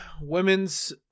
Women's